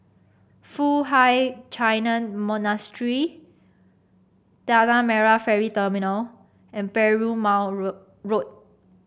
Foo Hai Ch'an Monastery Tanah Merah Ferry Terminal and Perumal Road Road